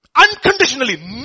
Unconditionally